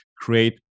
create